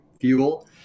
fuel